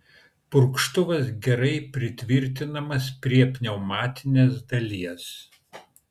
purkštuvas gerai pritvirtinamas prie pneumatinės dalies